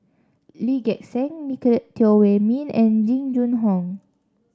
Lee Gek Seng Nicolette Teo Wei Min and Jing Jun Hong